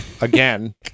Again